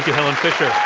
helen fisher.